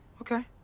okay